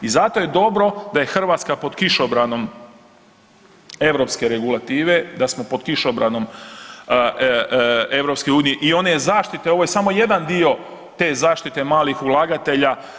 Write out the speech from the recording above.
I zato je dobro da je Hrvatska pod kišobranom europske regulative, da smo pod kišobranom EU i one zaštite, ovo je samo jedan dio te zaštite malih ulagatelja.